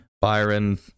Byron